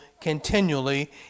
continually